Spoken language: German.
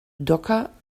docker